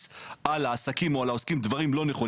על העסקים או על העוסקים דברים לא נכונים,